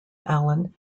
allan